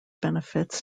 benefits